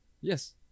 yes